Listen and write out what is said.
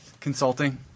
Consulting